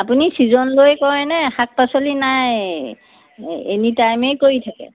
আপুনি চিজন লৈ কৰেনে শাক পাচলি নাই এনিটাইমে কৰি থাকে